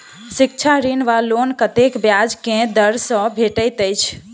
शिक्षा ऋण वा लोन कतेक ब्याज केँ दर सँ भेटैत अछि?